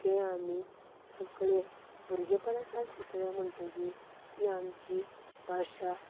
तें आमी सगळे भुरगेपणा सावन शिकले म्हणटकीर ती आमची भाशा